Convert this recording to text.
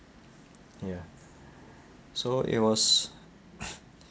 ya so it was